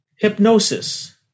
Hypnosis